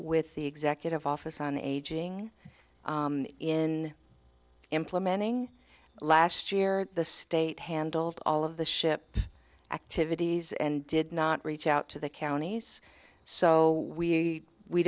with the executive office on aging in implementing last year the state handled all of the ship activities and did not reach out to the counties so we